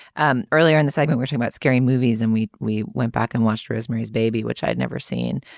and earlier in the segment which i about scary movies and we we went back and watched rosemary's baby which i'd never seen.